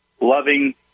loving